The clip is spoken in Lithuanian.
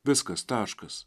viskas taškas